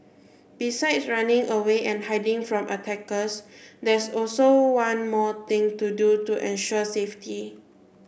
besides running away and hiding from attackers there's also one more thing to do to ensure safety